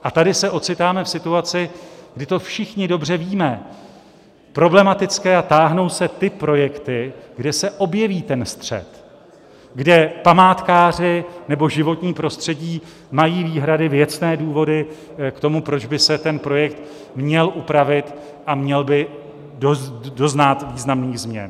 A tady se ocitáme v situaci, kdy to všichni dobře víme, problematické a táhnou se ty projekty, kde se objeví ten střet, kde památkáři nebo životní prostředí mají výhrady, věcné důvody k tomu, proč by se ten projekt měl upravit a měl by doznat významných změn.